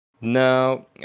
No